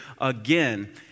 again